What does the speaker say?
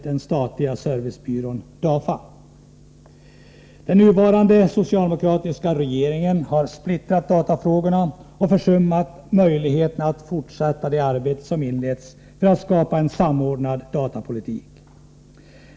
den statliga servicebyrån DAFA. Den nuvarande socialdemokratiska regeringen har splittrat datafrågorna och försummat möjligheten att fortsätta det arbete som inletts för att skapa en samordnad datapolitik.